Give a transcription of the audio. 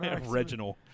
Reginald